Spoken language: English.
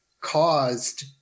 caused